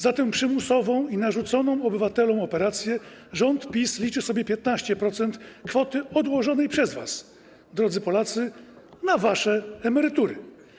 Za przymusową i narzuconą obywatelom operację rząd PiS liczy sobie 15% kwoty odłożonej przez was, drodzy Polacy, na wasze emerytury.